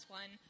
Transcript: one